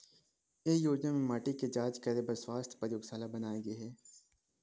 ए योजना म माटी के जांच करे बर सुवास्थ परयोगसाला बनाए गे हे